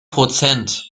prozent